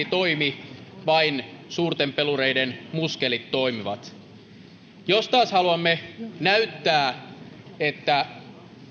toimi vain suurten pelureiden muskelit toimivat jos taas haluamme näyttää että